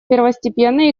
первостепенной